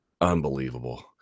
Unbelievable